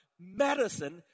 medicine